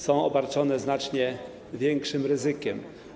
są obarczone znacznie większym ryzykiem.